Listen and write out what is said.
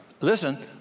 listen